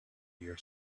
your